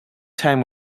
time